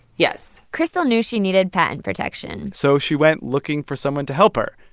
yes crystal knew she needed patent protection so she went looking for someone to help her.